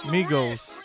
Migos